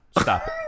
Stop